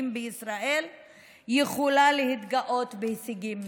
בישראל יכולה להתגאות בהישגים מסוימים.